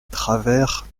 travers